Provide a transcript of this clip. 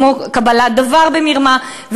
כמו קבלת דבר במרמה,